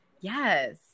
Yes